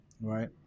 Right